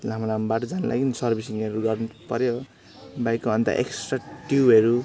लामो लामो बाटो जानु लागि सर्भिसिङहरू गर्नु पऱ्यो बाइकको अन्त एक्सट्रा ट्युबहरू